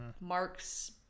Mark's